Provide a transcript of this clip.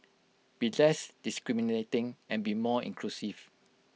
be less discriminating and be more inclusive